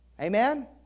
Amen